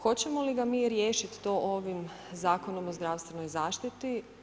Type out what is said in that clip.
Hoćemo li ga mi riješit to ovim Zakonom o zdravstvenoj zaštiti?